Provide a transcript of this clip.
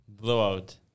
Blowout